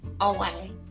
away